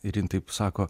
ir jin taip sako